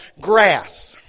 grass